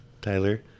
Tyler